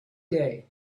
day